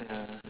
ya